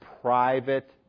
Private